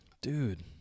dude